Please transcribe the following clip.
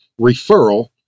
referral